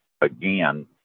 again